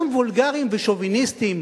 גם וולגריים ושוביניסטיים,